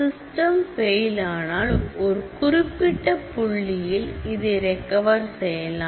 system fail ஆனால் ஒரு குறிப்பிட்ட புள்ளியில் இதை ரெக்கவர் செய்யலாம்